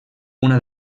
una